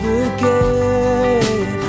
again